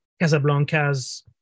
Casablanca's